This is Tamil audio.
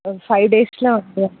ஒரு ஃபைவ் டேஸில் வந்து